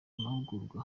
mahugurwa